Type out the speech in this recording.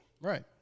right